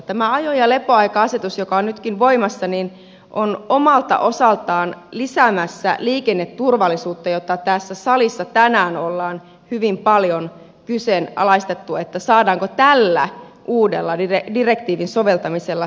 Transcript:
tämä ajo ja lepoaika asetus joka on nytkin voimassa on omalta osaltaan lisäämässä liikenneturvallisuutta jota tässä salissa tänään ollaan hyvin paljon kyseenalaistettu saadaanko tällä uudella direktiivin soveltamisella sitä lisää